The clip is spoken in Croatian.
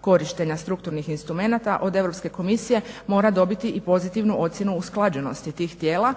korištenja strukturnih instrumenata od Europske komisije mora dobiti i pozitivnu ocjenu usklađenosti tih tijela